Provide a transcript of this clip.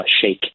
shake